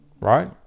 right